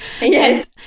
Yes